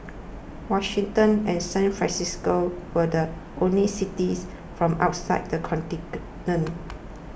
Washington and San Francisco were the only cities from outside the